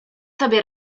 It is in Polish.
tobie